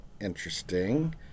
interesting